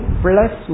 plus